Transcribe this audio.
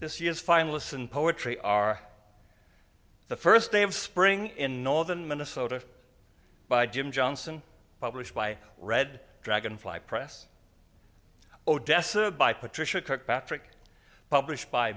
this year's finalists in poetry are the first day of spring in northern minnesota by jim johnson published by red dragon fly press odessa by patricia kirkpatrick published by